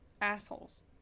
assholes